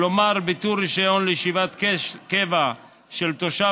כלומר ביטול רישיון לישיבת קבע של תושב